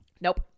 Nope